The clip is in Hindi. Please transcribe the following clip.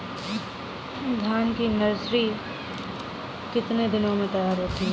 धान की नर्सरी कितने दिनों में तैयार होती है?